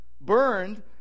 burned